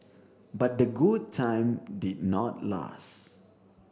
but the good time did not last